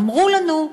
אמרו לנו: